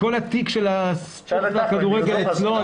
כל התיק של הספורט והכדורגל אצלו,